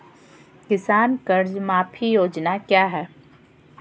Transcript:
किसान कर्ज माफी योजना क्या है?